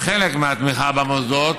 חלק מהתמיכה במוסדות,